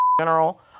general